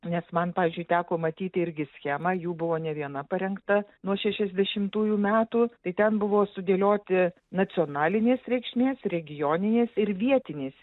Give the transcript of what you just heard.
nes man pavyzdžiui teko matyti irgi schemą jų buvo ne viena parengta nuo šešiasdešimtųjų metų tai ten buvo sudėlioti nacionalinės reikšmės regioninės ir vietinės